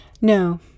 No